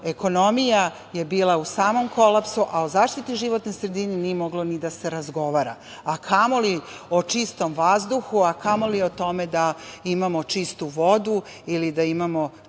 ekonomija je bila u samom kolapsu, a o zaštiti životne sredine nije moglo ni da se razgovara, a kamoli o čistom vazduhu, a kamoli o tome da imamo čistu vodu ili da imamo